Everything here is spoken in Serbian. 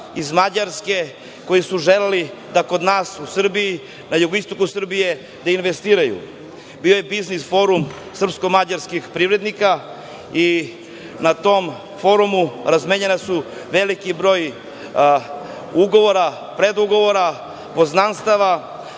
iz Mađarske koji su želeli da kod nas u Srbiji, na jugoistoku Srbije da investiraju. Bio je biznis forum srpsko-mađarskih privrednika i na tom forumu razmenjen je veliki broj ugovora, predugovora, poznanstava. Jedan